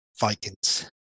Vikings